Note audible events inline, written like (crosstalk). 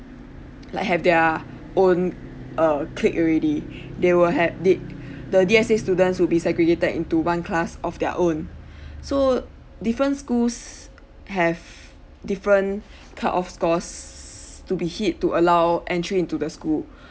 (noise) like have their own uh click already (breath) they will had did (breath) the D_S_A student would be segregated into one class of their own (breath) so different schools have different type of scores to be hit to allow entry into the school